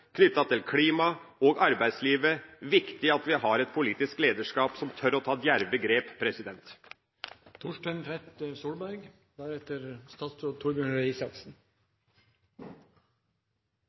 knyttet til klima og arbeidslivet. Det er viktig at vi har et politisk lederskap som tør å ta djerve grep.